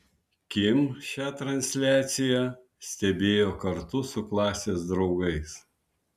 kim šią transliaciją stebėjo kartu su klasės draugais